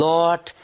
Lord